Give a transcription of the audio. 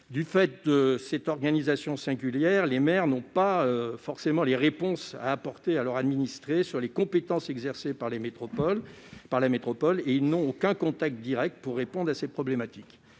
Du fait de son organisation singulière, les maires ne disposent pas forcément des réponses à apporter à leurs administrés sur les compétences exercées par la métropole. Or ils n'ont aucun contact direct pour les y aider.